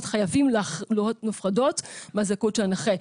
חייבות להיות מופרדות מהזכאות של הנכה.